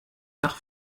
nach